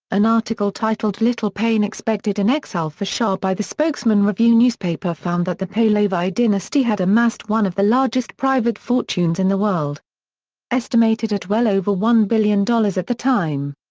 an article titled little pain expected in exile for shah by the spokesman review newspaper found that the pahlavi dynasty had amassed one of the largest private fortunes in the world estimated at well over one billion dollars at the time.